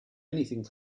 anything